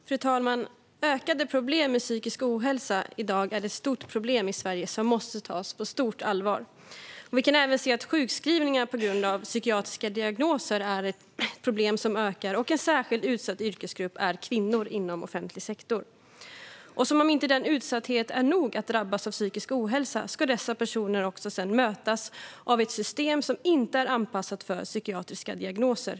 Fru talman! Ökade problem med psykisk ohälsa är i dag ett stort problem i Sverige som måste tas på stort allvar. Vi kan även se att sjukskrivningar på grund av psykiatriska diagnoser är ett problem som ökar, och en särskilt utsatt yrkesgrupp är kvinnor inom offentlig sektor. Och som om inte utsattheten att drabbas av psykisk ohälsa är nog ska dessa personer också mötas av ett system som inte är anpassat för psykiatriska diagnoser.